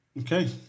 okay